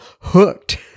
hooked